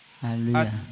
Hallelujah